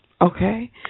Okay